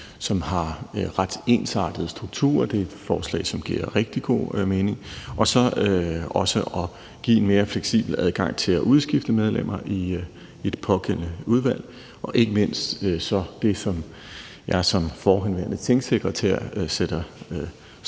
som har ret ensartede strukturer. Det er et forslag, som giver rigtig god mening. For det andet handler det så også om at give en mere fleksibel adgang til at udskifte medlemmer i det pågældende udvalg, og ikke mindst er der så det, som jeg som forhenværende tingsekretær sætter stor